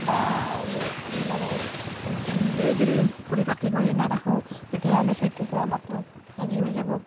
বা মানে হেৰিটো নিজেই যদি পৰিপাতি কৰি নাৰাখোঁ তেতিয়াহ'লে সেইটোতো আমাৰতো হেৰি হৈ যাব